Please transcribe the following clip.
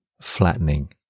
flattening